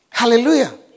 Hallelujah